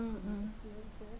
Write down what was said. mm mm